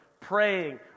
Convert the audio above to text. praying